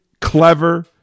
clever